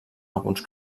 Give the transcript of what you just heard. alguns